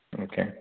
Okay